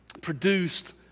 produced